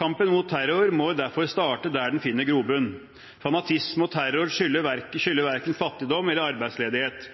Kampen mot terror må derfor starte der den finner grobunn. Fanatisme og terror skyldes verken fattigdom eller arbeidsledighet.